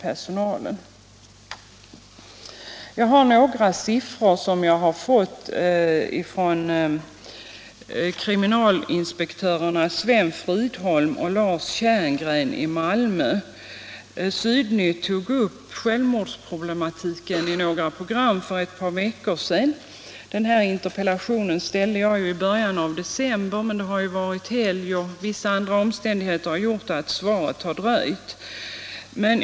Jag har här några siffror, som jag har fått av kriminalinspektörerna Sven Fridholm och Lars Tjerngren i Malmö. Sydnytt tog upp självmordsproblematiken i några program för ett par veckor sedan. Den här interpellationen framställde jag i början av december, men de mellankommande helgerna och vissa andra omständigheter har gjort att svaret dröjt.